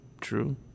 true